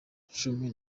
cumi